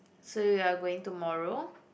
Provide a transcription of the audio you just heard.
so you're going tomorrow